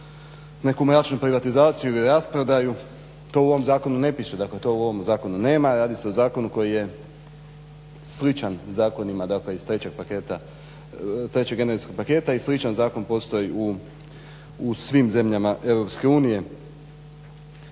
neku mračnu privatizaciju ili rasprodaju. To u ovom zakonu ne piše, dakle to u ovom zakonu nema, radi se o zakonu koji je sličan zakonima iz trećeg energetskog paketa i sličan zakon postoji u svim zemljama